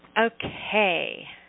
Okay